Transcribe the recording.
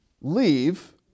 leave